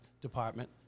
department